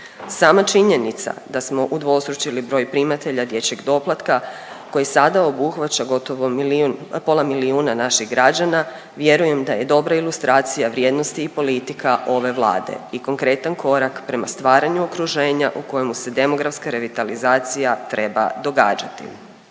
Sama činjenica da smo udvostručili broj primatelja dječjeg doplatka koji sada obuhvaća gotovo milijun, pola milijuna naših građana, vjerujem da je dobra ilustracija vrijednosti i politika ove Vlade i konkretan korak prema stvaranju okruženja u kojemu se demografska revitalizacija treba događati.